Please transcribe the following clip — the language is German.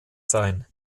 sein